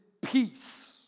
peace